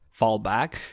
fallback